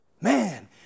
Man